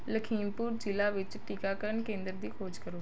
ਲਖੀਮਪੁਰ ਜ਼ਿਲ੍ਹਾ ਵਿੱਚ ਟੀਕਾਕਰਨ ਕੇਂਦਰ ਦੀ ਖੋਜ ਕਰੋ